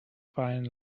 fine